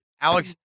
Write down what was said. Alex